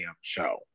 show